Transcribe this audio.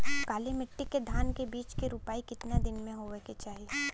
काली मिट्टी के धान के बिज के रूपाई कितना दिन मे होवे के चाही?